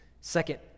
Second